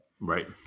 Right